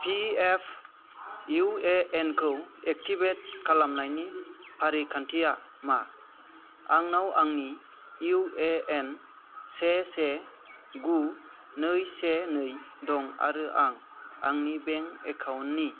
P F U A N खौ activate खालामनायनि फारिखान्थिया मा आंनाव आंनि इउ ए एन से से गु नै से नै दं आरो आं आंनि बेंक एकाउन्ट नि